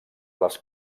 les